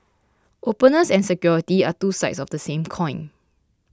openness and security are two sides of the same coin